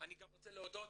אני גם רוצה להודות.